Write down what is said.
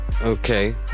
Okay